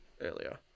Earlier